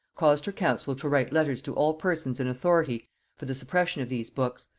caused her council to write letters to all persons in authority for the suppression of these books,